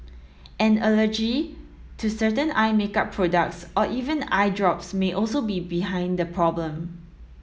an allergy to certain eye make up products or even eye drops may also be behind the problem